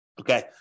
Okay